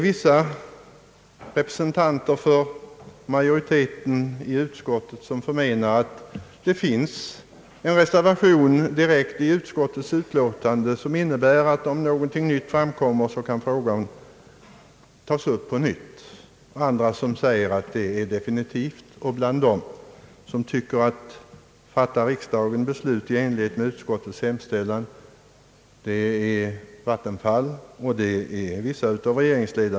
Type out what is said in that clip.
Vissa representanter för majoriteten i utskottet förmenar att det i utskottsutlåtandet finns en direkt reservation, som innebär att frågan återigen kan fas upp om något nytt framkommer. Andra utskottsledamöter tycker liksom vattenfallsverket att frågan är definitivt avgjord om riksdagen fattar beslut i enlighet med utskottets hemställan.